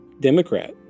Democrat